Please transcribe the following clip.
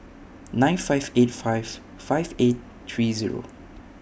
nine five eight five five eight three Zero